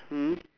mm